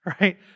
right